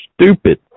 stupid